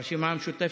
הרשימה המשותפת.